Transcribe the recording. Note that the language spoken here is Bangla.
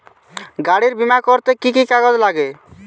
গাড়ীর বিমা করতে কি কি কাগজ লাগে?